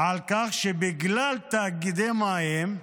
על כך שבגלל תאגידי המים,